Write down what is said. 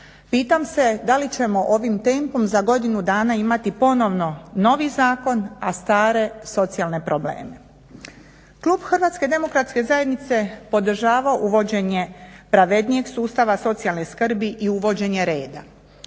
Pitam se da li ćemo ovim tempom za godinu dana imati ponovno novi zakon a stare socijalne probleme. Klub Hrvatske Demokratske Zajednice podržava uvođenje pravednijeg sustava socijalne skrbi i uvođenje reda.